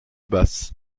basses